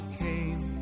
came